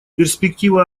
перспектива